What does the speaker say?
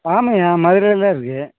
ஆமாய்யா மதுரையில்தான் இருக்குது